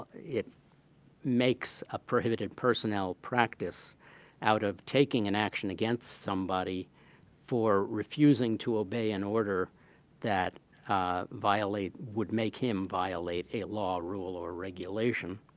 makes a prohibited personnel practice out of taking an action against somebody for refusing to obey an order that violate would make him violate a law, rule, or regulation.